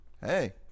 Hey